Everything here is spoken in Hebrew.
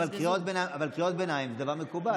אבל קריאות ביניים זה דבר מקובל.